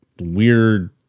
weird